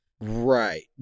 Right